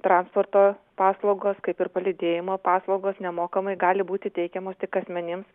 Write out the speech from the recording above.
transporto paslaugos kaip ir palydėjimo paslaugos nemokamai gali būti teikiamos tik asmenims